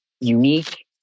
unique